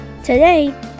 Today